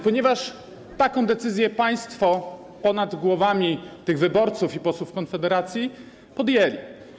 Ponieważ taką decyzję państwo, ponad głowami tych wyborców i posłów Konfederacji, podjęli.